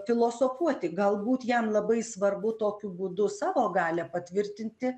filosofuoti galbūt jam labai svarbu tokiu būdu savo galią patvirtinti